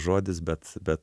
žodis bet bet